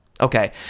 Okay